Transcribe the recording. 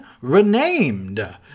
renamed